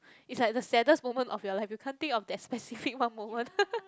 it's like the saddest moment of your life you can't think of that specific one moment